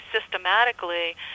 systematically